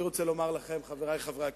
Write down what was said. אני רוצה לומר לכם, חברי חברי הכנסת,